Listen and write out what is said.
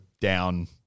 down